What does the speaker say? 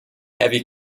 heavy